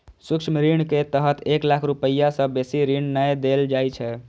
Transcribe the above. सूक्ष्म ऋण के तहत एक लाख रुपैया सं बेसी ऋण नै देल जाइ छै